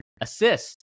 assist